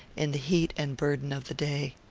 in the heat and burden of the day.